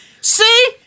See